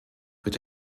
wird